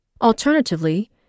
Alternatively